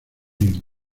bien